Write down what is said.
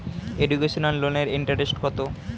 Educational লোনের interest কত?